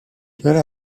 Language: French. quelle